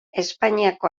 espainiako